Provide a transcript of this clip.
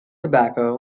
tobacco